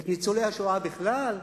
את ניצולי השואה בכלל?